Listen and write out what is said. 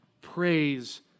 Praise